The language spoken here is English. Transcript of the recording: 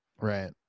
Right